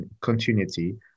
continuity